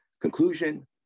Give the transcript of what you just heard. Conclusion